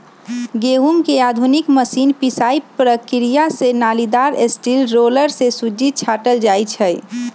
गहुँम के आधुनिक मशीन पिसाइ प्रक्रिया से नालिदार स्टील रोलर से सुज्जी छाटल जाइ छइ